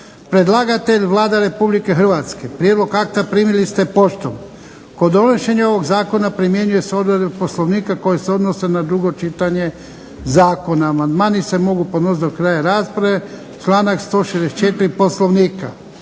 Predlagatelj je Vlada Republike Hrvatske. Prijedlog akta primili ste poštom. Kod donošenja ovog zakona primjenjuju se odredbe Poslovnika koje se odnose na drugo čitanje zakona. Amandmani se mogu podnositi do kraja rasprave, članak 164. Poslovnika.